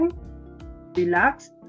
relax